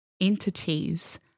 entities